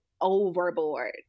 overboard